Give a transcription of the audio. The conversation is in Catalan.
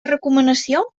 recomanació